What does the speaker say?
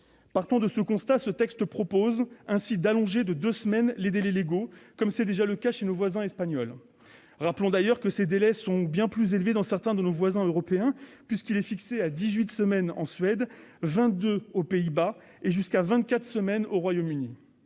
Partant de ce constat, ce texte propose ainsi d'allonger de deux semaines les délais légaux, comme cela a déjà été fait chez nos voisins espagnols. Rappelons d'ailleurs que ces délais sont bien plus élevés chez certains de nos voisins européens, puisqu'il est fixé à dix-huit semaines en Suède, vingt-deux aux Pays-Bas et jusqu'à vingt-quatre semaines au Royaume-Uni.